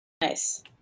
nice